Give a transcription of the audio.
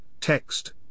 text